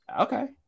okay